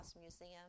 Museum